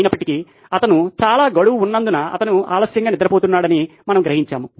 అయినప్పటికీ అతను చాలా గడువు ఉన్నందున అతను ఆలస్యంగా నిద్రపోతున్నాడని మనము గ్రహించాము